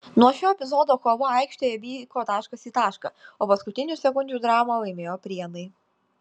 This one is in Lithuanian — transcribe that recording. nuo šio epizodo kova aikštėje vyko taškas į tašką o paskutinių sekundžių dramą laimėjo prienai